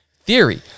theory